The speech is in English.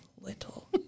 little